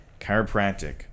chiropractic